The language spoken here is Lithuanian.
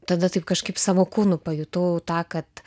tada taip kažkaip savo kūnu pajutau tą kad